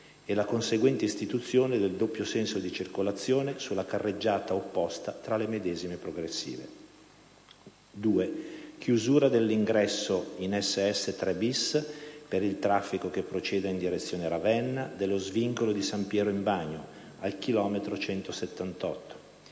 e la conseguente istituzione del doppio senso di circolazione sulla carreggiata opposta tra le medesime progressive; chiusura dell'ingresso in SS 3 *bis*, per il traffico che proceda in direzione Ravenna, dello svincolo di San Piero in Bagno al chilometro